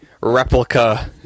replica